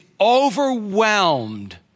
overwhelmed